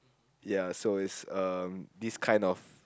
ya so it's this kind of